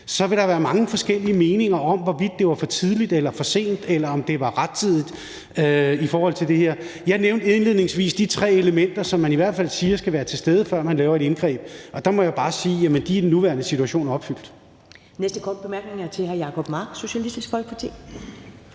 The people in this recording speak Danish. vil være mange forskellige meninger om, hvorvidt det var for tidligt eller for sent, eller om det var rettidigt. Jeg nævnte indledningsvis de tre elementer, som man i hvert fald siger skal være til stede, før man laver et indgreb, og der må jeg bare sige, at de er i den nuværende situation opfyldt.